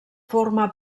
forma